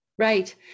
Right